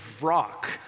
rock